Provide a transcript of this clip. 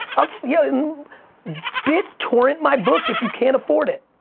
yeah and bittorrent my book if you can't afford it.